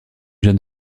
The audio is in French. jeune